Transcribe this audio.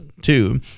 two